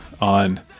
on